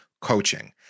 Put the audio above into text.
coaching